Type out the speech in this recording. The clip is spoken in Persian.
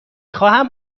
خواهم